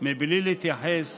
מבלי להתייחס